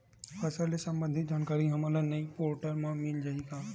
फसल ले सम्बंधित जानकारी हमन ल ई पोर्टल म मिल जाही का?